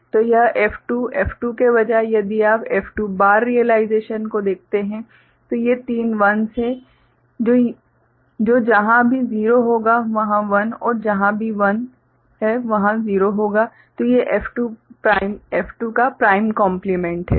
तो यह F2 F2 के बजाय यदि आप F2 बार रियलाइजेशन को देखते हैं तो ये तीन 1s हैं जो जहां भी 0 होगा वहां 1 और जहाँ भी 1 0 होगा ये F2 का प्राइम कोम्प्लीमेंटेड है